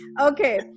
Okay